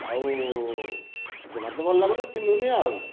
ଆଉ ଜମା ତ ଭଲ ଲାଗୁନି ପିନ୍ଧୁନି ଆଉ